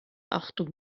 achtung